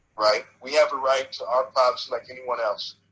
right? we have a right to our privacy like anyone else.